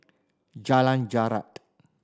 Jalan Jarak